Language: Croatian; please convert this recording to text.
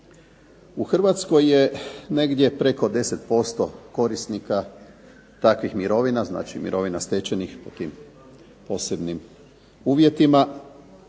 U Hrvatskoj je negdje preko 10% korisnika takvih mirovina, znači mirovina stečenih po tim posebnim uvjetima.